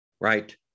right